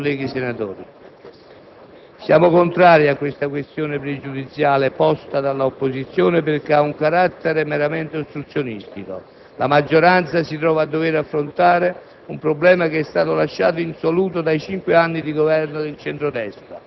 Signor Presidente, colleghi senatori, siamo contrari alla questione pregiudiziale posta dall'opposizione perché essa ha un carattere meramente ostruzionistico.